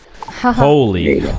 Holy